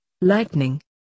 Lightning